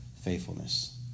faithfulness